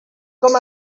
com